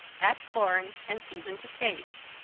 add corn and season to taste.